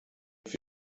für